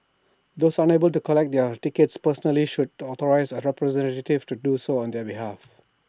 those unable to collect their tickets personally should authorise A representative to do so on their behalf